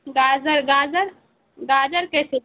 گاجر گاجر گاجر کیسے